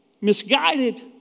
Misguided